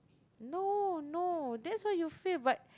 no no that's what you feel but